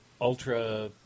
ultra